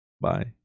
Bye